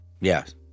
Yes